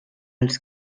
els